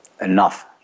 enough